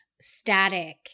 static